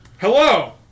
Hello